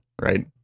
right